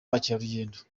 bakerarugendo